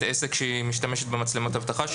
עסק שהמשטרה משתמשת במצלמות האבטחה שלו.